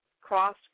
cross